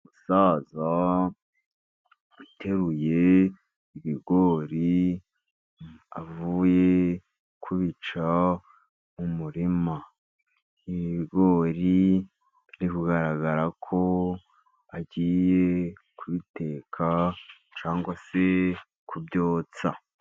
Umusaza uteruye ibigori, avuye kubica mu murima. ibigori birikugaragara ko agiye kubiteka cyangwa se kubyotsa.